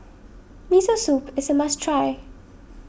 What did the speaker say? Miso Soup is a must try